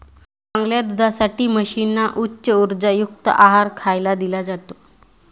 चांगल्या दुधासाठी म्हशींना उच्च उर्जायुक्त आहार खायला दिला जातो